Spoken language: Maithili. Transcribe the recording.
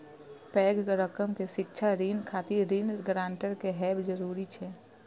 पैघ रकम के शिक्षा ऋण खातिर ऋण गारंटर के हैब जरूरी छै